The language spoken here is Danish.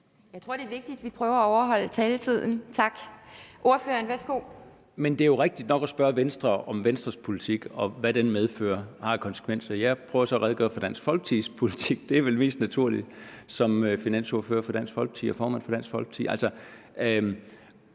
Jeg tror, det er vigtigt, at vi prøver at overholde taletiden. Tak. Ordføreren, værsgo. Kl. 11:30 Kristian Thulesen Dahl (DF): Men det er jo rigtig nok at spørge Venstre om Venstres politik, og hvad den medfører og har af konsekvenser. Jeg prøver så at redegøre for Dansk Folkepartis politik. Det er vel mest naturligt som finansordfører for Dansk Folkeparti og formand for Dansk Folkeparti.